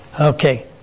Okay